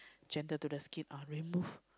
gentle to the skin ah remove